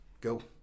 go